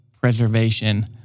preservation